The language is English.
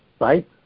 right